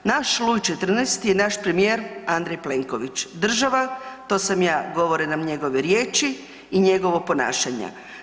Naš Luj XIV je naš premijer Andrej Plenković, država to sam ja govore nam njegove riječi i njegovo ponašanje.